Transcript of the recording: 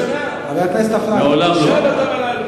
מעולם לא.